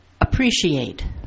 appreciate